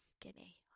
skinny